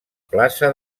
plaça